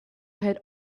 had